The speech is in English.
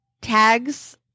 tags